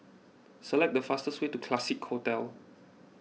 select the fastest way to Classique Hotel